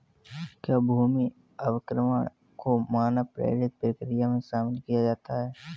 क्या भूमि अवक्रमण को मानव प्रेरित प्रक्रिया में शामिल किया जाता है?